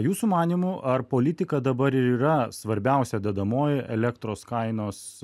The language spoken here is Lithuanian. jūsų manymu ar politika dabar ir yra svarbiausia dedamoji elektros kainos